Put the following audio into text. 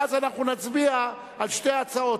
ואז אנחנו נצביע על שתי ההצעות.